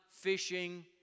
fishing